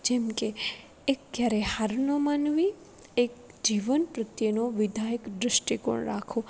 જેમકે એક ક્યારેય હાર ન માનવી એક જીવન પ્રત્યેનો વિધાયક દૃષ્ટિકોણ રાખવો